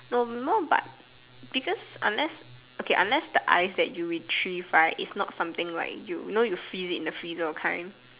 no no but because unless okay unless the ice that you retrieve right is not something like you know you freeze it in the freezer those kind